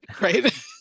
right